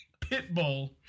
Pitbull